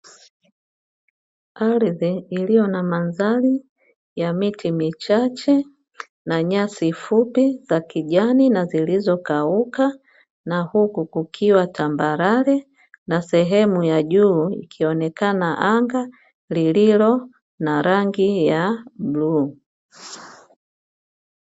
Ardhi iliyo na mandhali ya miti michache na nyasi fupi za kijani na zilizokauka, na huku kukiwa tambarare, na sehemu ya juu ikionekana anga liliyo na rangi ya bluu.